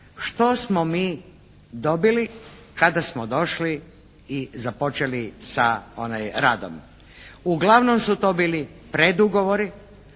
što smo mi dobili kada smo došli i započeli sa radom. Uglavnom su to bili predugovori,